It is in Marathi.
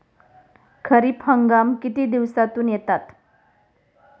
खरीप हंगाम किती दिवसातून येतात?